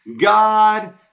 God